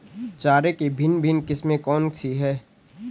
चारे की भिन्न भिन्न किस्में कौन सी हैं?